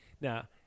Now